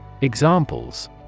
Examples